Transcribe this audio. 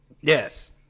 Yes